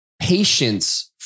patience